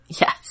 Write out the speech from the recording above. Yes